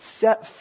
set